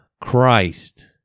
Christ